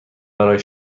برای